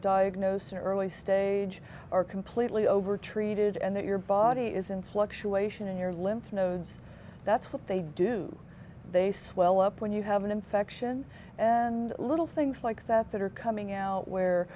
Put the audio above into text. diagnosed in early stage are completely over treated and that your body isn't fluctuation in your lymph nodes that's what they do they swell up when you have an infection and little things like that that are coming out where